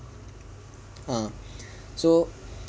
so